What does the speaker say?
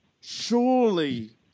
surely